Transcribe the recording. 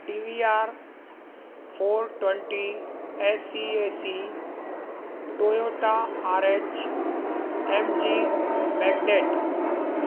T V R four twenty AC AC Toyota R H M G magnet